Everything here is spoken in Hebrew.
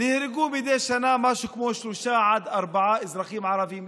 נהרגו מדי שנה משהו כמו שלושה עד ארבעה אזרחים ערבים,